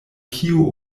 kio